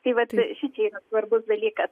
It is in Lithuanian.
tai vat šičia yra svarbus dalykas